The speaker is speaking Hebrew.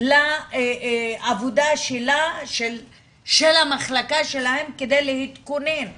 לעבודה שלה, של המחלקה שלהם, כדי להתכונן לקבלה.